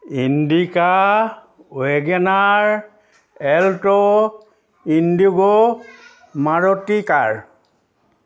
Indica WagonR alto indigo Maruti car